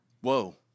Whoa